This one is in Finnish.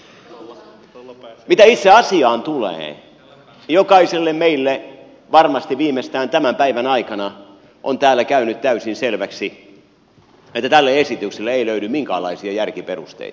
mitä itse asiaan tulee jokaiselle meistä varmasti viimeistään tämän päivän aikana on täällä käynyt täysin selväksi että tälle esitykselle ei löydy minkäänlaisia järkiperusteita